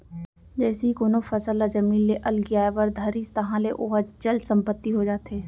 जइसे ही कोनो फसल ह जमीन ले अलगियाये बर धरिस ताहले ओहा चल संपत्ति हो जाथे